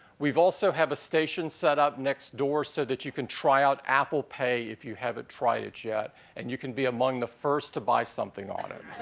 also have a station set up next door so that you can try out apple pay if you haven't tried it yet and you can be among the first to buy something on it.